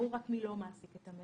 ברור רק מי לא מעסיק אותו.